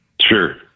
Sure